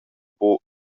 buca